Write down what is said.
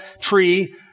tree